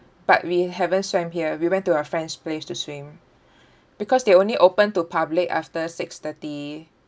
but we haven't swAm here we went to our friend's place to swim because they only open to public after six thirty